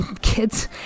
kids